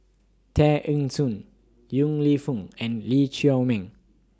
Tear Ee Soon Yong Lew Foong and Lee Chiaw Meng